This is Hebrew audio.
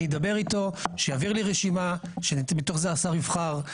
אני אדבר איתו שיעביר לי רשימה שמתוך זה השר יבחר,